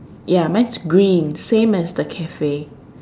ya mine's green same as the cafe